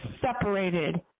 separated